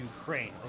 ukraine